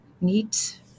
neat